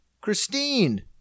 Christine